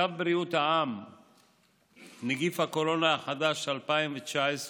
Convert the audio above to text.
צו בריאות העם (נגיף הקורונה החדש 2019)